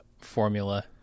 formula